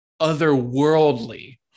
otherworldly